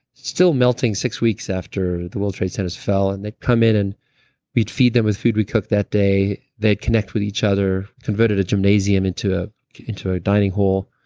still melting six weeks after the world trade centers fell and they'd come in and we'd feed them with food we'd cooked that day. they'd connect with each other. converted a gymnasium into ah into a dining hall.